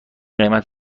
قیمت